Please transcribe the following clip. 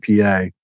PA